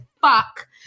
fuck